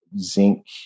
zinc